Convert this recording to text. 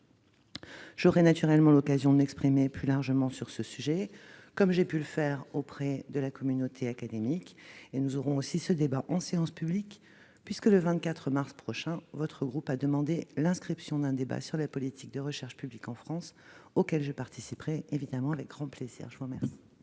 J'aurai naturellement l'occasion de m'exprimer plus largement sur ce sujet, comme j'ai pu le faire auprès de la communauté académique. Nous aurons, de plus, un débat en séance publique, puisque votre groupe a demandé l'inscription le 24 mars prochain d'un débat sur la politique de recherche publique en France, auquel je participerai évidemment avec un grand plaisir. Merci